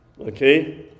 Okay